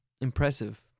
impressive